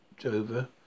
Jova